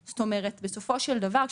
בסופו של דבר,